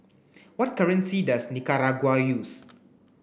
what currency does Nicaragua use